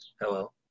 Hello